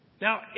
Now